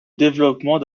développement